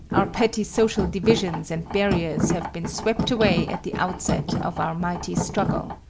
our petty social divisions and barriers have been swept away at the outset of our mighty struggle.